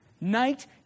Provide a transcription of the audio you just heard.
night